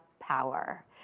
power